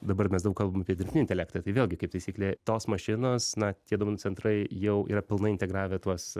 dabar mes daug kalbam apie dirbtinį intelektą tai vėlgi kaip taisyklė tos mašinos na tie duomenų centrai jau yra pilnai integravę tuos